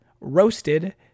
roasted